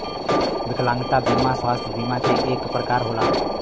विकलागंता बिमा स्वास्थ बिमा के एक परकार होला